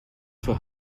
for